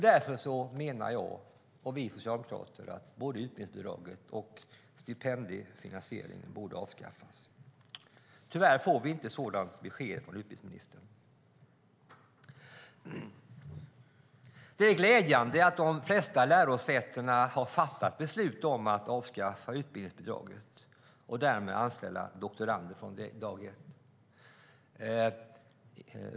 Därför menar jag och vi socialdemokrater att både utbildningsbidraget och stipendiefinansieringen borde avskaffas. Tyvärr får vi inte ett sådant besked från utbildningsministern. Det är glädjande att de flesta lärosätena har fattat beslut om att avskaffa utbildningsbidraget och därmed anställa doktorander från dag ett.